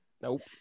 Nope